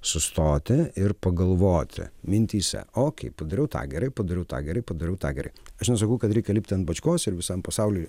sustoti ir pagalvoti mintyse okei padariau tą gerai padariau tą gerai padariau tą gerai aš nesakau kad reikia lipti ant bačkos ir visam pasauliui